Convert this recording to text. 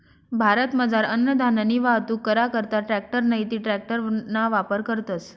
भारतमझार अन्नधान्यनी वाहतूक करा करता ट्रॅकटर नैते ट्रकना वापर करतस